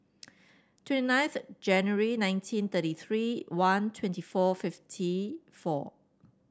twenty ninth January nineteen thirty three one twenty four fifty four